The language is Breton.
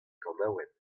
kanaouenn